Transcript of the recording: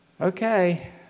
Okay